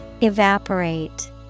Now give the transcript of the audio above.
Evaporate